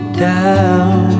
down